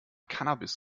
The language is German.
cannabis